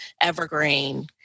evergreen